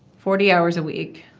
forty hours a week,